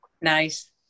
nice